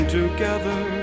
together